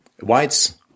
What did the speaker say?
Whites